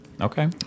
Okay